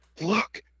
look